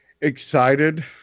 excited